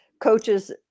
coaches